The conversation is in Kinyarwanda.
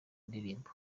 indirimbo